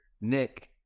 Nick